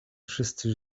wszyscy